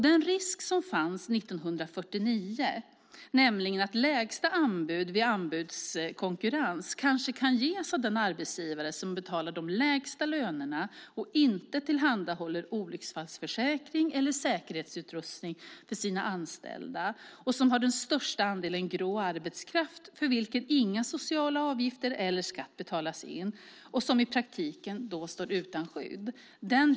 Den risk som fanns 1949 finns fortfarande, nämligen att lägsta anbud vid anbudskonkurrens kanske kan ge sådana arbetsgivare som betalar de lägsta lönerna, inte tillhandahåller olycksfallsförsäkring eller säkerhetsutrustning för sina anställda, har den största andelen grå arbetskraft för vilka inga sociala avgifter eller skatt betalas in och i praktiken står utan skydd.